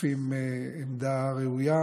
משקפים עמדה ראויה,